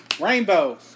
Rainbow